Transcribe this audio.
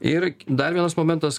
ir dar vienas momentas